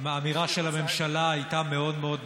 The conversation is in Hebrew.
האמירה של הממשלה הייתה מאוד מאוד ברורה,